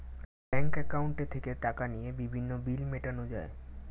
bank অ্যাকাউন্টে থেকে টাকা নিয়ে বিভিন্ন বিল মেটানো যায়